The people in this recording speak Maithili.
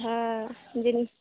हँ